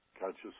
conscious